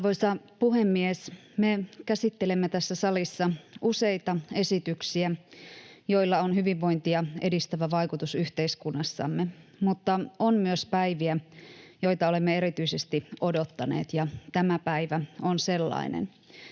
Arvoisa puhemies! Me käsittelemme tässä salissa useita esityksiä, joilla on hyvinvointia edistävä vaikutus yhteiskunnassamme, mutta on myös päiviä, joita olemme erityisesti odottaneet, ja tämä päivä on sellainen.